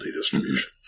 distribution